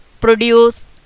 produce